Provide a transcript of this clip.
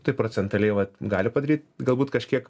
tai procentaliai vat gali padaryt galbūt kažkiek